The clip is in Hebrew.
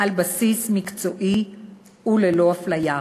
על בסיס מקצועי וללא אפליה.